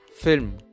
film